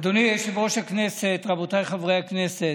אדוני יושב-ראש הכנסת, רבותיי חברי הכנסת,